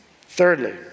Thirdly